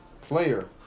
player